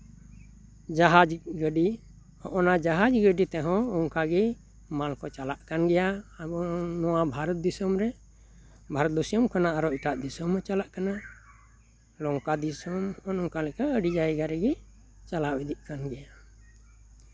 ᱡᱟᱦᱟᱡ ᱜᱟᱹᱰᱤ ᱦᱚᱜᱼᱚᱭ ᱱᱟ ᱡᱟᱦᱟᱡ ᱜᱟᱹᱰᱤ ᱛᱮᱦᱚᱸ ᱚᱱᱠᱟᱜᱮ ᱢᱟᱞ ᱠᱚ ᱪᱟᱞᱟᱜ ᱠᱟᱱ ᱜᱮᱭᱟ ᱟᱵᱚ ᱱᱚᱣᱟ ᱵᱷᱟᱨᱚᱛ ᱫᱤᱥᱚᱢ ᱨᱮ ᱵᱷᱟᱨᱚᱛ ᱫᱤᱥᱚᱢ ᱠᱷᱚᱱᱟᱜ ᱟᱨᱚ ᱮᱴᱟᱜ ᱫᱤᱥᱚᱢ ᱦᱚᱸ ᱪᱟᱞᱟᱜ ᱠᱟᱱᱟ ᱱᱚᱝᱠᱟ ᱫᱤᱥᱚᱢ ᱱᱚᱝᱠᱟ ᱞᱮᱠᱟ ᱟᱹᱰᱤ ᱡᱟᱭᱜᱟ ᱨᱮᱜᱮ ᱪᱟᱞᱟᱣ ᱤᱫᱤᱜ ᱠᱟᱱ ᱜᱮᱭᱟ